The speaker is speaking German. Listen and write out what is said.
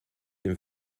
dem